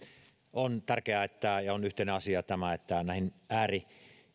on tärkeää ja yhteinen asia että näihin ääri